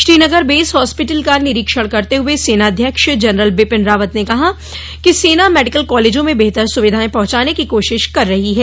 Srinagar base hospital का निरीक्षण करते हुए सेनाध्यक्ष जनरल बिपिन रावत ने कहा कि सेना मेडिकल कॉलेजों में बेहतर सुविधांए पहुंचाने की कोशिश कर रही है